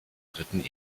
dritten